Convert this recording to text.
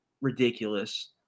ridiculous